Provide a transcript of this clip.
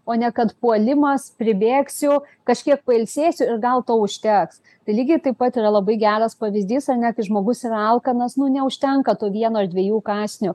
o ne kad puolimas pribėgsiu kažkiek pailsėsiu ir gal to užteks tai lygiai taip pat yra labai geras pavyzdys ar ne kai žmogus yra alkanas nu neužtenka to vieno ar dviejų kąsnių